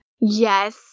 Yes